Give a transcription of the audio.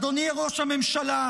אדוני ראש הממשלה,